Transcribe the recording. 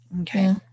Okay